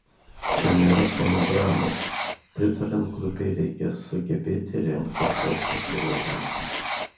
čia nėra fonogramos pritariant grupei reikia sugebėti rengti šou pasirodymus